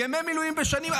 ימי מילואים בשנים.